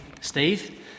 Steve